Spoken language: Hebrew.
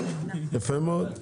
יפה מאוד.